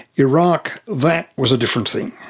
iraq, that was a different thing.